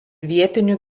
vietinių